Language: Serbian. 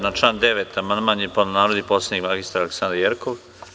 Na član 9. amandman je podneo narodni poslanik magistar Aleksandra Jerkov.